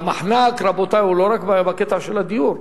והמחנק, רבותי, הוא לא רק בקטע של הדיור.